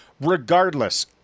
Regardless